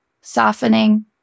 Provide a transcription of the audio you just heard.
softening